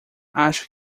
acho